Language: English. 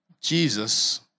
Jesus